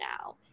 now